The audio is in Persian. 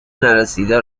نرسیده